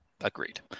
Agreed